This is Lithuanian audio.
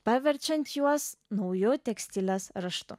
paverčiant juos nauju tekstilės raštu